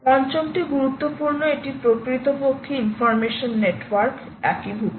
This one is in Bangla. পঞ্চমটি গুরুত্বপূর্ণ এটি প্রকৃতপক্ষে ইনফর্মেশন নেটওয়ার্কে একীভূত